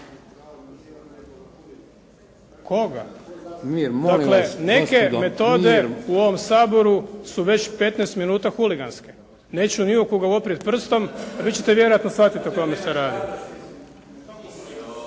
Dakle neke metode u ovom Saboru su već 15 minuta huliganske, neću u nikoga uprijeti prstom, a vi ćete vjerojatno shvatiti o kome se radi.